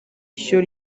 ishyo